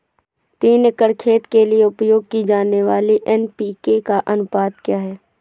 तीन एकड़ खेत के लिए उपयोग की जाने वाली एन.पी.के का अनुपात क्या है?